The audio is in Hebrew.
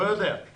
נראה לי